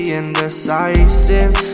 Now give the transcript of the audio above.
indecisive